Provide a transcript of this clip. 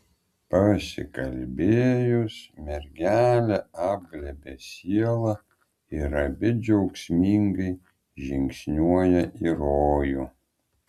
pasikalbėjus mergelė apglėbia sielą ir abi džiaugsmingai žingsniuoja į rojų